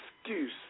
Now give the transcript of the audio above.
excuse